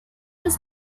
was